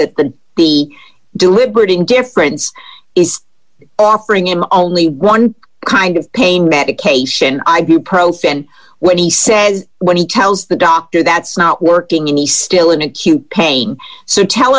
that the deliberate indifference is offering him only one kind of pain medication ibuprofen when he says when he tells the doctor that's not working and he still in acute pain so tell